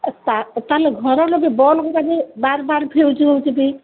ତାହେଲେ ଘରଲୋକେ ଯୋଉ ବଲ୍ବଗୁଡ଼ା ବି ବାରବାର ଫ୍ୟୁଜ୍ ହେଉଛନ୍ତି